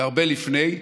והרבה לפני.